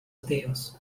ateos